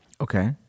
Okay